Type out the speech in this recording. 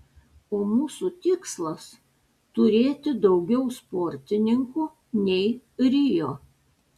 o mūsų tikslas turėti daugiau sportininkų nei rio